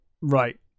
Right